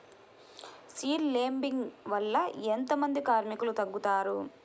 Seed లేంబింగ్ వల్ల ఎంత మంది కార్మికులు తగ్గుతారు?